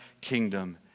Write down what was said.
kingdom